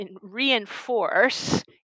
reinforce